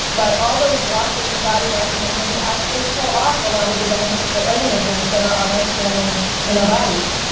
but all those washes and body washes and things actually kill off a lot of the beneficial organisms that are on our skin and in our bodies